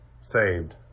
saved